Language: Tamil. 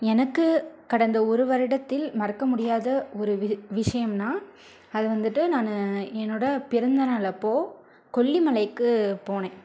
எனக்கு கடந்த ஒரு வருடத்தில் மறக்கமுடியாத ஒரு வி விஷயம்னால் அது வந்துட்டு நான் என்னோடய பிறந்த நாள் அப்போது கொல்லிமலைக்கு போனேன்